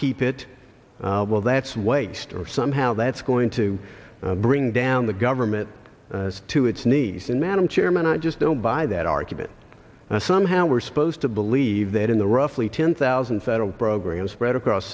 keep it well that's waste or somehow that's going to bring down the government to its knees and madam chairman i just don't buy that argument that somehow we're supposed to believe that in the roughly ten thousand federal program spread across